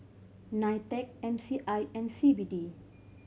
NITEC M C I and C B D